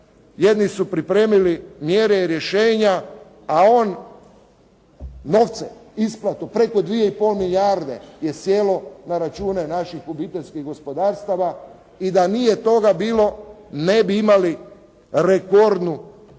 jedni su pripremili mjere i rješenja, a on novce, isplatu preko dvije i pol milijarde je sjelo na račune naših obiteljskih gospodarstava i da nije toga bilo ne bi imali rekordnu berbu